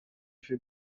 fait